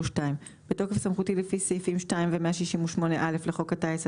בתוקף סמכותי לפי סעיפים 2 ו-168(א) לחוק הטיס,